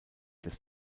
des